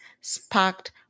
sparked